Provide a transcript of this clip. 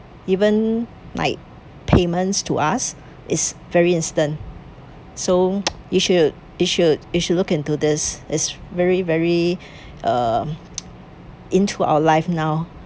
even like payments to us is very instant so you should you should you should look into this is very very um into our life now